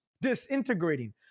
disintegrating